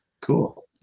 Cool